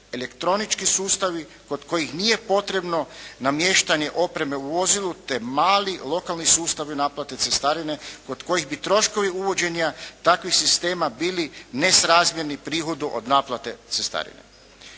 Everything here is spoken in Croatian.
elektronički sustavi kod kojih nije potrebno namještanje opreme u vozilu te mali lokalni sustavi u naplati cestarine kod kojih bi troškovi uvođenja takvih sistema bili nesrazmjerni prihodu od naplate cestarine.